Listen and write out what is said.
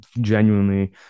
genuinely